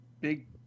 Big